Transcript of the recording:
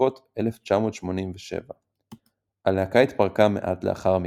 בסוכות 1987. הלהקה התפרקה מעט לאחר מכן.